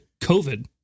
COVID